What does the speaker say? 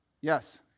Yes